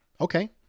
Okay